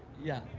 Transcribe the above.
yeah.